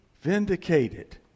vindicated